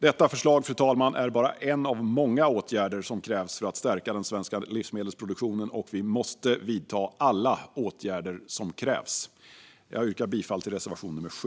Detta förslag, fru talman, är bara en av många åtgärder som krävs för att stärka den svenska livsmedelsproduktionen, och vi måste vidta alla åtgärder som krävs. Jag yrkar bifall till reservation nr 7.